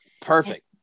Perfect